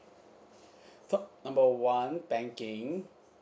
call number one banking